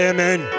Amen